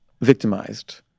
victimized